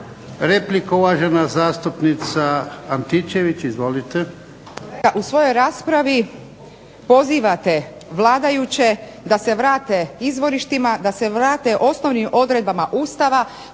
**Antičević Marinović, Ingrid (SDP)** U svojoj raspravi pozivate vladajuće da se vrate izvorištima, da se vrate osnovnim odredbama Ustava